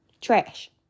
Trash